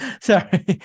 sorry